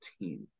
team